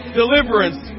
deliverance